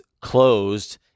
closed